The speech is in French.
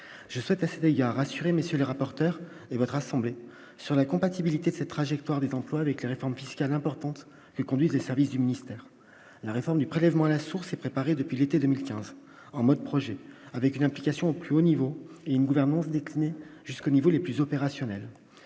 je souhaite fait il y a rassuré, messieurs les rapporteurs et votre assemblée sur la compatibilité de ses trajectoires des emplois avec la réforme fiscale importante et conduit les services du ministère, la réforme du prélèvement à la source et préparé depuis l'été 2015 en mode projet avec une implication au plus haut niveau et une gouvernance décliner jusqu'aux niveaux les plus opérationnelles